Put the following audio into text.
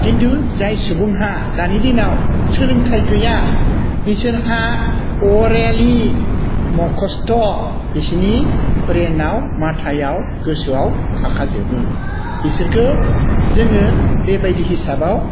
खिन्थु जाय सुबुंहा दानि दिनाव सोलोंथाइ गैया बिसोरहा अरेलि मखस्थ' बिसिनि ब्रेनाव माथायाव गोसोआव थाखाजोबो बिसोरखौ जोङो बेबादि हिसाबाव